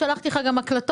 2. שלחתי לך גם הקלטות